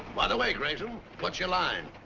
by the way grayson, what's your line?